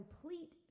complete